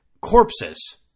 Corpses